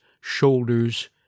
shoulders